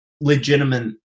legitimate